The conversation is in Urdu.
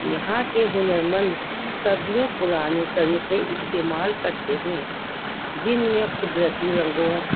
یہاں کے ہنر مند سردیوں پرانے طریقے استعمال کرتے ہیں جن میں قدرتی رنگوں